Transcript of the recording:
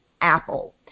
Apple